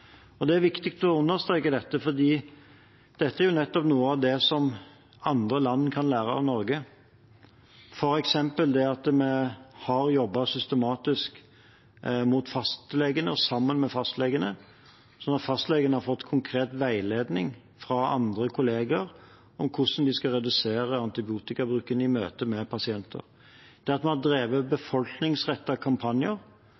Det er viktig å understreke dette fordi det nettopp er noe av det som andre land kan lære av Norge, f.eks. at vi har jobbet systematisk mot fastlegene og sammen med fastlegene, sånn at de har fått konkret veiledning fra andre kollegaer om hvordan de skal redusere antibiotikabruken i møte med pasienter. Vi har drevet befolkningsrettede kampanjer, sånn at